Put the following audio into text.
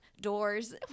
doors